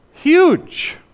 Huge